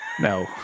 no